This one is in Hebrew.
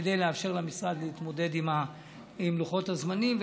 כדי לאפשר למשרד להתמודד עם לוחות הזמנים.